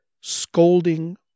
scolding